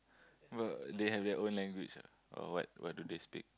what they have their own language ah or what what do they speak